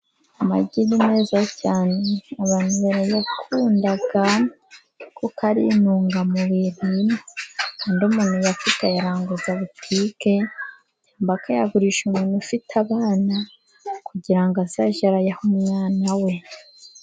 Amagi ni meza cyane abantu barayakunda kuko ari intungamubiri, ubundi umuntu uyafite ayaranguza butike cyangwa akayagurisha umuntu ufite abana, kugira ngo azajye arayaha umwana we.